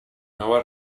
nova